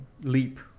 leap